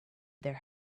their